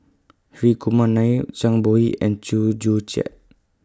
Hri Kumar Nair Zhang Bohe and Chew Joo Chiat